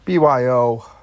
BYO